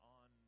on